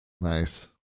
Nice